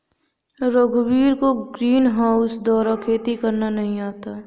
रघुवीर को ग्रीनहाउस द्वारा खेती करना नहीं आता है